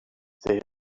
they